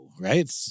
right